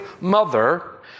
mother